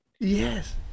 Yes